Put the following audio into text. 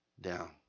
down